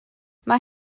mae